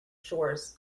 shores